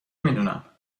میدونم